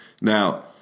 Now